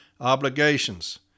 obligations